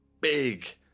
big